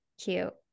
Cute